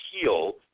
heal